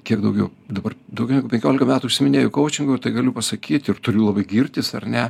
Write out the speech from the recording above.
kiek daugiau dabar daugiau negu penkiolika metų užsiiminėju koučingu ir tai galiu pasakyt ir turiu labai girtis ar ne